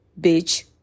bitch